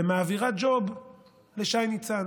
ומעבירה ג'וב לשי ניצן.